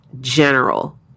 general